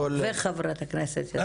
וחברת הכנסת יסמין.